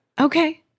Okay